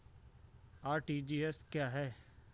RTGS क्या है?